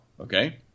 okay